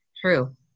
True